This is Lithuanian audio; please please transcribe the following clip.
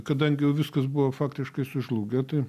kadangi jau viskas buvo faktiškai sužlugę tai